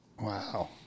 Wow